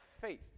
faith